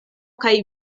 kaj